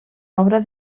obra